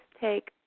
take